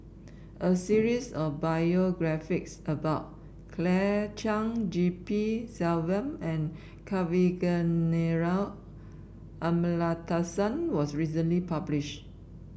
a series of biographies about Claire Chiang G P Selvam and Kavignareru Amallathasan was recently published